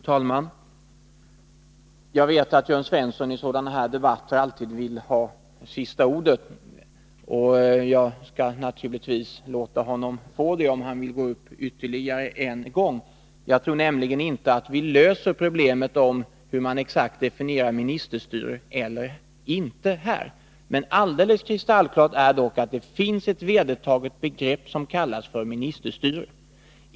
Fru talman! Jag vet att Jörn Svensson i sådana här debatter alltid vill ha sista ordet, och jag skall naturligtvis låta honom få det om han vill gå upp ytterligare en gång. Jag tror nämligen inte att vi löser problemet med hur man exakt definierar ministerstyre här och nu. Alldeles kristallklart är dock att det finns ett vedertaget begrepp, som kallas ministerstyre.